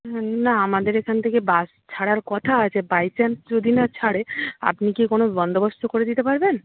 না আমাদের এখান থেকে বাস ছাড়ার কথা আছে বাই চান্স যদি না ছাড়ে আপনি কি কোনো বন্দোবস্ত করে দিতে পারবেন